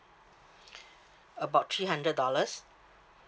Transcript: about three hundred dollars